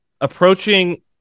approaching